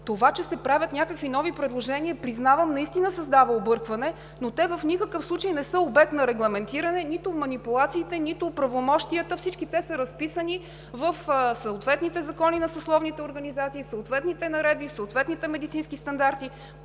Това, че се правят някакви нови предложения, признавам, наистина създава объркване, но те в никакъв случай не са обект на регламентиране – нито манипулациите, нито правомощията. Всички те са разписани в съответните закони на съсловните организации, в съответните наредби, в съответните медицински стандарти.